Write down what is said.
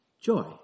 joy